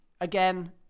again